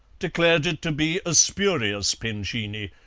declared it to be a spurious pincini,